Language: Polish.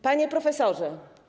Panie Profesorze!